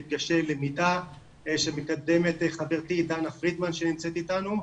מפגשי למידה שמקדמת חברתי דנה פרידמן שנמצאת איתנו,